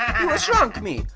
and shrunk me.